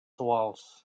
walls